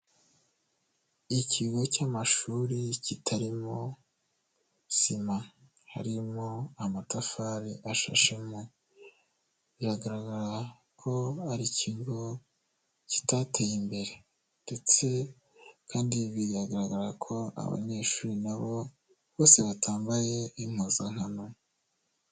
Ikigo cy'amashuri kitarimo sima, harimo amatafari ashashemo biragaragara ko ari ikigo kitateye imbere ndetse kandi bigaragara ko abanyeshuri nabo bose batambaye impuzankano.